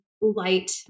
light